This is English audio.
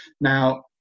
now